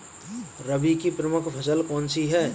रबी की प्रमुख फसल कौन सी है?